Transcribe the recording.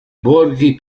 borghi